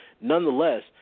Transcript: Nonetheless